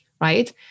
right